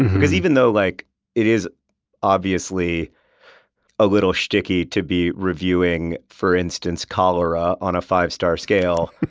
because even though like it is obviously a little shticky to be reviewing, for instance, cholera on a five-star scale,